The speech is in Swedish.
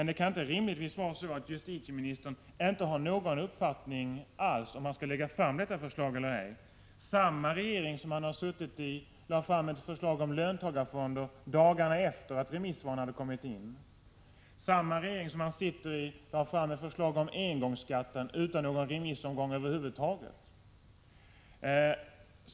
Det kan inte rimligtvis vara så, att justitieministern inte har någon uppfattning alls om huruvida han skall lägga fram detta förslag eller ej. Samma regering som han suttit i lade fram ett förslag om löntagarfonder dagarna efter det att remissvaren hade kommit in. Samma regering som han sitter i lade fram ett förslag om engångsskatten utan någon remissomgång över huvud taget.